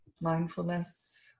mindfulness